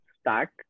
stack